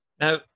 Now